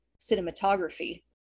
cinematography